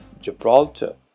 Gibraltar